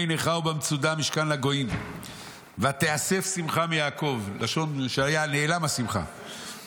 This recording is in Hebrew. נכר במצודה משכן לגויים ותיאסף שמחה מיעקב" לשון שנעלמה השמחה,